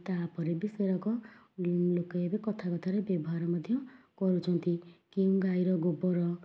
ତା'ପରେ ବି ସେଗୁଡ଼ାକ ଲୋକେ ଏବେ କଥା କଥାରେ ବ୍ୟବହାର ମଧ୍ୟ କରୁଛନ୍ତି କେଉଁ ଗାଈର ଗୋବର